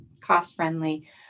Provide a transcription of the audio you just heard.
cost-friendly